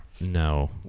No